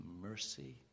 mercy